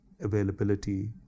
availability